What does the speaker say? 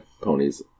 ponies